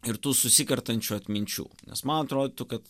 ir tų susikertančių atminčių nes man atrodytų kad